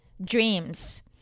dreams